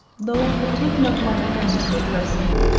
though i have taken up my pen to address you,